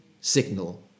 signal